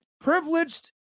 privileged